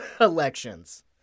elections